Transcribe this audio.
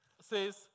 says